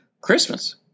Christmas